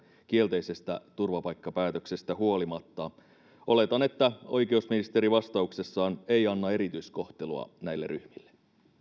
kielteisestä turvapaikkapäätöksestä huolimatta oletan että oikeusministeri vastauksessaan ei anna erityiskohtelua näille ryhmille